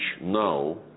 now